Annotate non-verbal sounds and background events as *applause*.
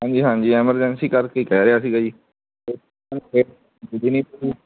ਹਾਂਜੀ ਹਾਂਜੀ ਐਮਰਜੈਂਸੀ ਕਰਕੇ ਕਹਿ ਰਿਹਾ ਸੀਗਾ ਜੀ *unintelligible*